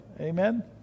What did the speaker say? amen